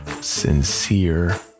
sincere